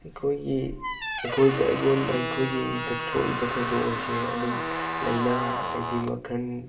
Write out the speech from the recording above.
ꯑꯩꯈꯣꯏꯒꯤ ꯑꯩꯈꯣꯏꯗ ꯑꯩꯉꯣꯟꯗ ꯑꯩꯈꯣꯏꯒꯤꯗ ꯊꯣꯛꯏꯕ ꯊꯧꯗꯣꯛ ꯍꯥꯏꯁꯦ ꯑꯗꯨꯝ ꯂꯥꯏꯅꯥ ꯑꯗꯩꯗꯤ ꯃꯈꯜ